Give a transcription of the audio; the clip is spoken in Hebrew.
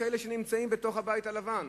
גם כאלה שנמצאים בתוך הבית הלבן,